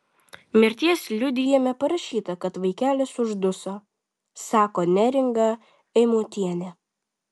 mirties liudijime parašyta kad vaikelis užduso sako neringa eimutienė